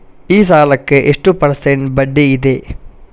ಈ ಸಾಲಕ್ಕೆ ಎಷ್ಟು ಪರ್ಸೆಂಟ್ ಬಡ್ಡಿ ಇದೆ?